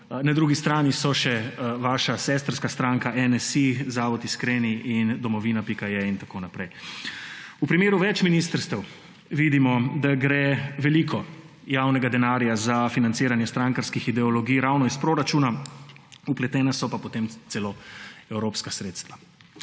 Na drugi strani so še vaša sestrska stranka NSi, Zavod Iskreni in domovina.je in tako naprej. V primeru več ministrstev vidimo, da gre veliko javnega denarja za financiranje strankarskih ideologij ravno iz proračuna, vpletena so pa potem celo evropska sredstva.